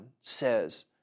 says